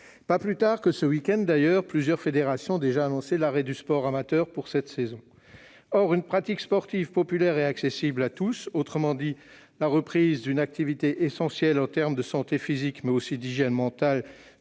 Pas plus tard que ce week-end, plusieurs fédérations ont en effet déjà annoncé l'arrêt du sport amateur pour cette saison. Or c'est bien une pratique sportive, populaire et accessible à tous, en d'autres termes la reprise d'une activité essentielle en termes de santé physique, d'hygiène mentale,